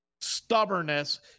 stubbornness